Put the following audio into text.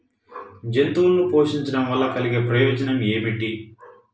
జంతువులను పోషించడం వల్ల కలిగే ప్రయోజనం ఏమిటీ?